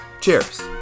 Cheers